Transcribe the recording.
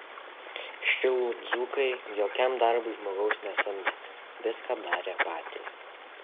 šilų dzūkai jokiam darbui žmogaus nesamdė viską darė patys